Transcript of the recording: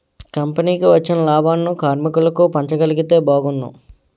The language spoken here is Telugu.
కంపెనీకి వచ్చిన లాభాలను కార్మికులకు పంచగలిగితే బాగున్ను